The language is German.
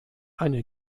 eine